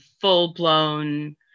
full-blown